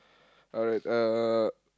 alright uh